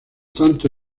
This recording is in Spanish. tanto